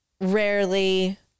rarely